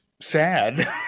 sad